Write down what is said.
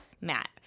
matt